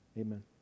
Amen